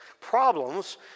problems